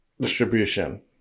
distribution